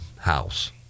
House